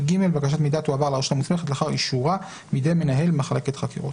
(ג)בקשת מידע תועבר לרשות המוסמכת לאחר אישורה בידי מנהל מחלקת חקירות.